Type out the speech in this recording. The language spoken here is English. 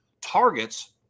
targets